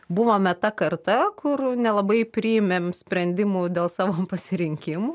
buvome ta karta kur nelabai priėmėm sprendimų dėl savo pasirinkimų